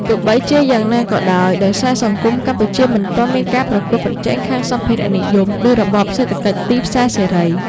ទោះបីជាយ៉ាងណាក៏ដោយ ដោយសារសង្គមកម្ពុជាមិនទាន់មានការប្រកួតប្រជែងខាងសម្ភារៈនិយមដូចរបបសេដ្ឋកិច្ចទីផ្សារសេរី។